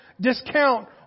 discount